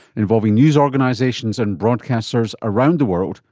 involving news organisations and broadcasters around the world,